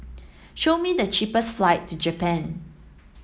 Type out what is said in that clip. show me the cheapest flight to Japan